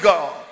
God